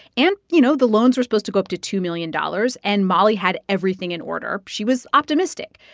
and you know, the loans were supposed to go up to two million dollars. and molly had everything in order. she was optimistic.